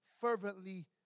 fervently